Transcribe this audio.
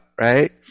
right